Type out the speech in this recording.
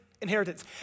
inheritance